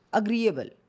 agreeable